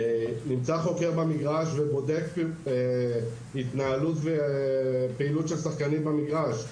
חוקר נמצא במגרש והוא בודק התנהלות ופעילות של שחקנים במגרש.